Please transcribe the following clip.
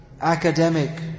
academic